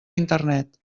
internet